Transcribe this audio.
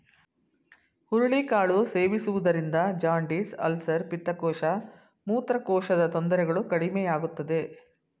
ಹುರುಳಿ ಕಾಳು ಸೇವಿಸುವುದರಿಂದ ಜಾಂಡಿಸ್, ಅಲ್ಸರ್, ಪಿತ್ತಕೋಶ, ಮೂತ್ರಕೋಶದ ತೊಂದರೆಗಳು ಕಡಿಮೆಯಾಗುತ್ತದೆ